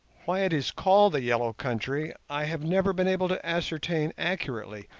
why it is called the yellow country i have never been able to ascertain accurately,